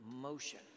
motion